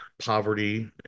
poverty